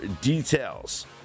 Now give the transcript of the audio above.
details